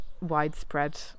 widespread